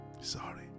sorry